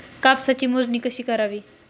कापसाची मोजणी कशी करावी?